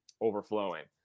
overflowing